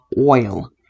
oil